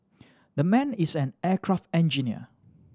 the man is an aircraft engineer